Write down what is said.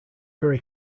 very